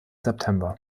september